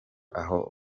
aho